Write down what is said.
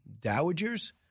dowagers